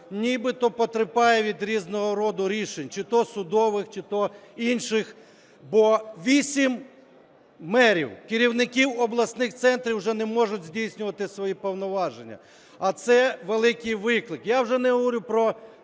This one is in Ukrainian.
нібито потерпає від різного роду рішень, чи то судових, чи то інших, бо вісім мерів, керівників обласних центрів вже не можуть здійснювати свої повноваження. А це великий виклик. Я вже не говорю про